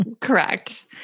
Correct